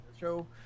show